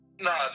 No